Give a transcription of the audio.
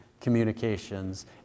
communications